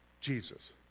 Jesus